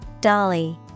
Dolly